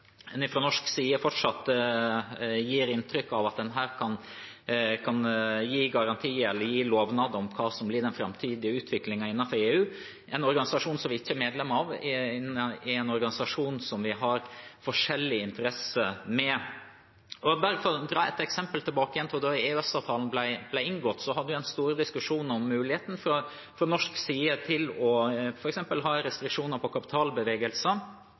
en kan gi garanti eller lovnad om hva som vil bli den framtidige utviklingen innenfor EU, en organisasjon som vi ikke er medlem av, en organisasjon med interesser forskjellige fra våre. Bare for å ta et eksempel fra den gang EØS-avtalen ble inngått. Vi hadde en stor diskusjon om muligheten fra norsk side til f.eks. å ha restriksjoner på kapitalbevegelser